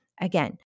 again